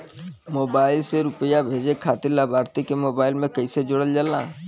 Mobile से रूपया भेजे खातिर लाभार्थी के मोबाइल मे कईसे जोड़ल जाला?